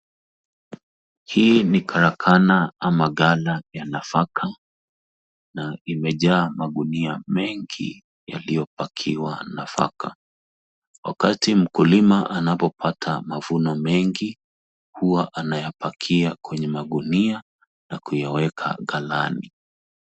Hii ni karakana ama ganda ya nafaka na imejaa magunia mengi yaliopakiwa nafaka wakati mkulima anapopata mavuno mengi hua anayapakia kwenye magunia na kuyaweka kalani.